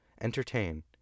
entertain